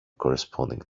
corresponding